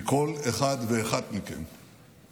כי כל אחד ואחד מהם,